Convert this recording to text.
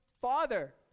Father